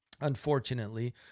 Unfortunately